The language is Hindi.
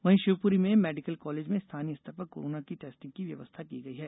वहीं शिवपुरी में मेडिकल कॉलेज में स्थानीय स्तर पर कोरोना की टेस्टिंग की व्यवस्था की गई है